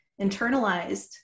internalized